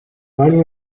finding